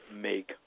make